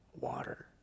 water